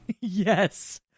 Yes